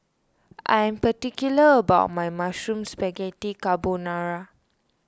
I am particular about my Mushroom Spaghetti Carbonara